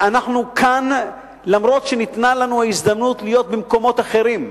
אנחנו כאן למרות שניתנה לנו ההזדמנות להיות במקומות אחרים,